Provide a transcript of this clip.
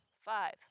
Five